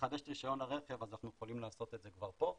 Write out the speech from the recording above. לחדש את רישיון הרכב אז אנחנו יכולים לעשות את זה כבר פה.